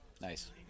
Nice